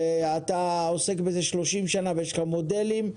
אתה עוסק בזה שלושים שנה ויש לך מודלים.